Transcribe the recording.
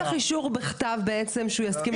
לא צריך אישור שלו בכתב שהוא יסכים לקבל את ההודעה.